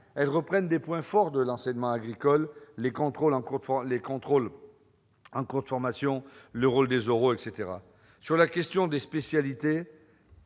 reprenne des points forts de l'enseignement agricole : les contrôles en cours de formation, le rôle des oraux, par exemple. Concernant la question des spécialités,